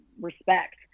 respect